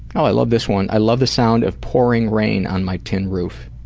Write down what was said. i love this one. i love the sound of pouring rain on my tin roof.